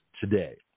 today